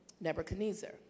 Nebuchadnezzar